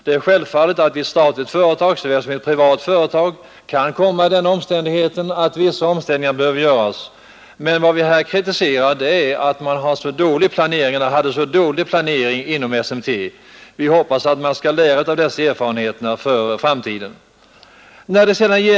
Det är självklart att ett statligt företag lika väl som ett privat kan komma i sådana omständigheter att vissa omställningar behöver göras, men vad vi kritiserar är SMT:s dåliga planering. Vi hoppas att man skall ta lärdom för framtiden av erfarenheterna i detta sammanhang.